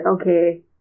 okay